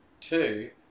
two